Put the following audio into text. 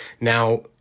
Now